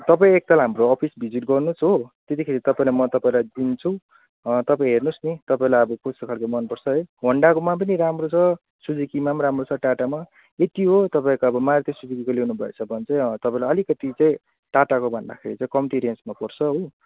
तपाईँ एकताल हाम्रो अफिस भिजिट गर्नुहोस् हो त्यतिखेर तपाईँलाई म तपाईँलाई दिन्छु तपाईँ हेर्नुहोस् न तपाईँलाई अब कस्तो खाले मनपर्छ है होन्डाकोमा पनि राम्रो छ सुजुकीमा पनि राम्रो छ टाटामा यत्ति हो तपाईँको अब मारुति सुजुकीको लिनुभएछ भने चाहिँ तपाईँलाई अलिकति चाहिँ टाटाको भन्दाखेरि चाहिँ कम्ती रेन्जमा पर्छ हो